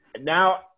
now